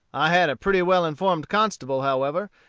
i had a pretty well informed constable, however,